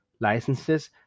licenses